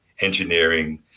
engineering